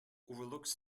overlooks